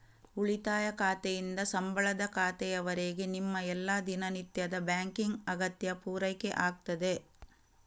ಉಳಿತಾಯ ಖಾತೆಯಿಂದ ಸಂಬಳದ ಖಾತೆಯವರೆಗೆ ನಿಮ್ಮ ಎಲ್ಲಾ ದಿನನಿತ್ಯದ ಬ್ಯಾಂಕಿಂಗ್ ಅಗತ್ಯ ಪೂರೈಕೆ ಆಗ್ತದೆ